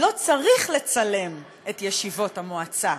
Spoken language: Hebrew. לא צריך לצלם את ישיבות המועצה.